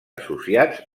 associats